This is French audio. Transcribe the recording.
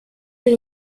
fait